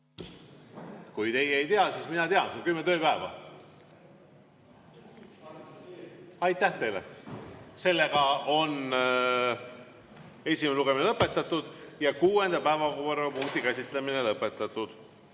Kui teie ei tea, siis mina tean, et see on kümme tööpäeva. Aitäh teile! Sellega on esimene lugemine lõpetatud ja kuuenda päevakorrapunkti käsitlemine lõpetatud.